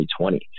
2020